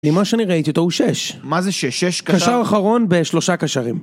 ממה שאני ראיתי אותו הוא שש. מה זה שש? שש קשר? קשר אחרון בשלושה קשרים.